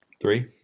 three